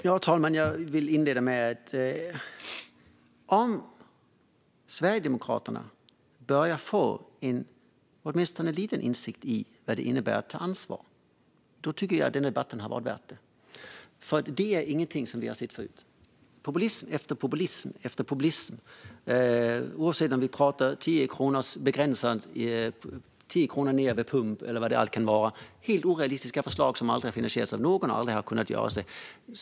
Herr talman! Om Sverigedemokraterna börjar få åtminstone en liten insikt i vad det innebär att ta ansvar tycker jag att det har varit värt att ha denna debatt. Detta är nämligen inte någonting som vi har sett förut. Det har varit populism på populism, oavsett om det har gällt 10 kronor lägre pris vid pump eller vad det nu kan ha varit. Det har varit helt orealistiska förslag som aldrig har finansierats av någon och som aldrig hade kunnat bli verklighet.